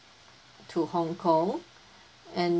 to hong kong and